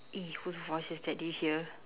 eh whose voice is that did you hear